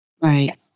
Right